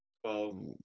Twelve